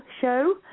Show